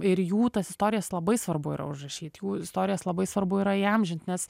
ir jų tas istorijas labai svarbu yra užrašyt jų istorijas labai svarbu yra įamžint nes